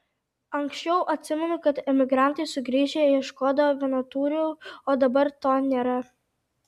anksčiau atsimenu kad emigrantai sugrįžę ieškodavo vienatūrių o dabar to nėra